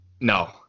No